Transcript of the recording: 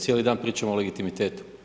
Cijeli dan pričamo o legitimitetu.